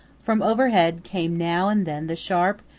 from overhead came now and then the sharp,